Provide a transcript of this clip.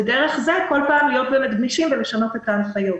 ודרך זה כל פעם להיות גמישים ולשנות את ההנחיות.